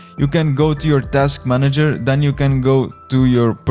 you can go to your task manager, then you can go to your but